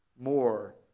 More